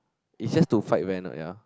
is just to fight venom ya